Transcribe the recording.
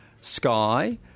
sky